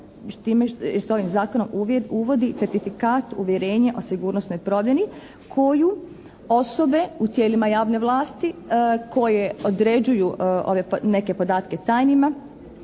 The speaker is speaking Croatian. s ovim Zakonom uvodi certifikat uvjerenje o sigurnosnoj …/Govornik se ne razumije./… koju osobe u tijelima javne vlasti koje određuju neke podatke tajnima